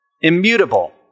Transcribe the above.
immutable